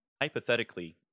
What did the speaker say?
hypothetically